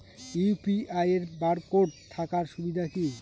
UPI এর barcode থাকার সুবিধে কি?